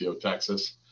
Texas